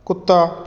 ਕੁੱਤਾ